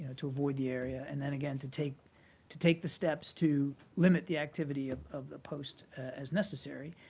ah to avoid the area and then again to take to take the steps to limit the activity of of the post as necessary.